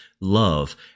love